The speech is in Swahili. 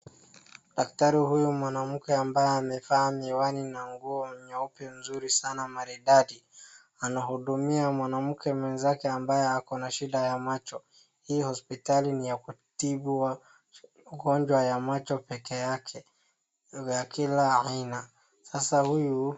Daktari huyu mwanamke ambaye amevaa miwani na nguo nyeupe nzuri sana maridadi anahudumia mwanamke mwenzake ambaye ako na shida ya macho. Hii hospitali ni ya kutibu ugonjwa ya macho pekee yake ya kila iana sasa huyu.